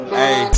hey